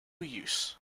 use